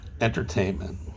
entertainment